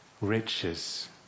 riches